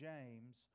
James